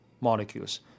molecules